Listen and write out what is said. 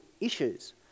issues